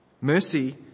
Mercy